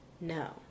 No